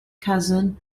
cousin